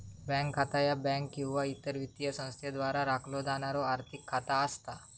bank खाता ह्या bank किंवा इतर वित्तीय संस्थेद्वारा राखलो जाणारो आर्थिक खाता असता